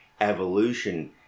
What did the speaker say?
evolution